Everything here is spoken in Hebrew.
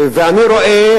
ואני רואה,